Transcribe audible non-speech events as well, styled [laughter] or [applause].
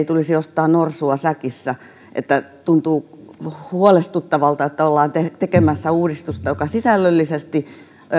[unintelligible] tulisi ostaa norsua säkissä tuntuu huolestuttavalta että ollaan tekemässä uudistusta joka sisällöllisesti näyttää